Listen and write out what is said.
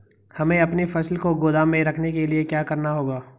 हमें अपनी फसल को गोदाम में रखने के लिये क्या करना होगा?